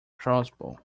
crossbow